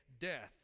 death